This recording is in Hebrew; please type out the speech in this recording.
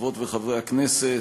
חברות וחברי הכנסת,